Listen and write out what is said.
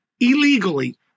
Illegally